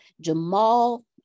Jamal